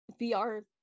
VR